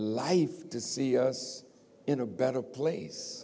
life to see us in a better place